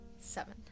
Seven